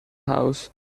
house